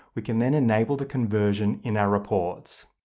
we can then enable the conversion in our reports.